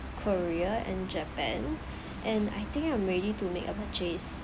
korea and japan and I think I'm ready to make a purchase